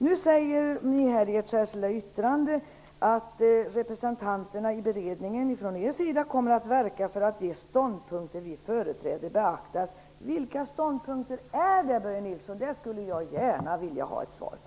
Nu säger socialdemokraterna i sitt särskilda yttrande att representanterna i beredningen från deras sida kommer att verka för att de ståndpunkter socialdemokraterna företräder beaktas. Vilka ståndpunkter är det, Börje Nilsson? Det skulle jag gärna vilja ha ett svar på.